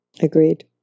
Agreed